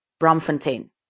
Bromfontein